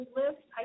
list